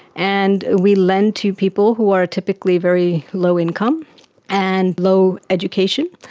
and we lend to people who are typically very low income and low education,